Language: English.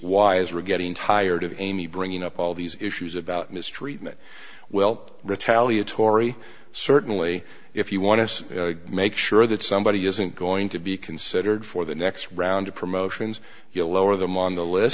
wise were getting tired of amy bringing up all these issues about mistreatment well retaliate torrie certainly if you want to make sure that somebody isn't going to be considered for the next round of promotions you'll lower them on the list